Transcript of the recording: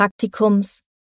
Praktikums